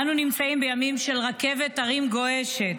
אנו נמצאים בימים של רכבת הרים גועשת.